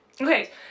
Okay